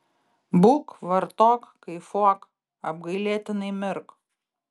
būk vartok kaifuok apgailėtinai mirk